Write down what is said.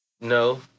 No